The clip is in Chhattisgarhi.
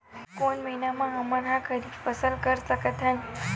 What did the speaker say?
कोन महिना म हमन ह खरीफ फसल कर सकत हन?